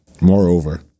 Moreover